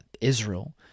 Israel